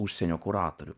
užsienio kuratorių